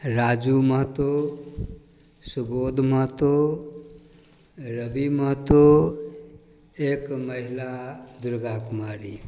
राजू महतो सुबोध महतो रवि महतो एक महिला दुर्गा कुमारी